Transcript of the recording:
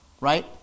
right